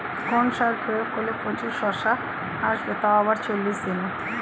কোন সার প্রয়োগ করলে প্রচুর শশা আসবে তাও আবার চল্লিশ দিনে?